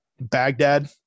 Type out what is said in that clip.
Baghdad